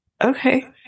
Okay